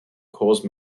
cause